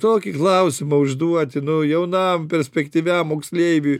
tokį klausimą užduoti nu jaunam perspektyviam moksleiviui